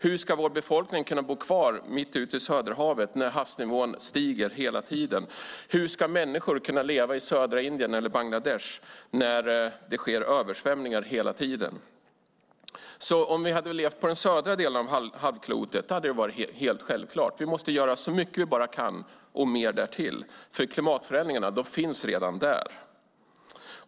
Hur ska befolkningen kunna bo kvar mitt ute i Söderhavet när havsnivån stiger hela tiden? Hur ska människor kunna leva i södra Indien eller Bangladesh när det sker översvämningar hela tiden? Om vi hade bott på den södra delen av jordklotet hade det alltså varit helt självklart att vi måste göra så mycket vi bara kan och mer därtill, för klimatförändringarna finns redan där.